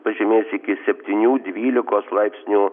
pažemės iki septynių dvylikos laipsnių